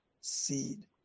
seed